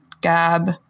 Gab